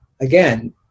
again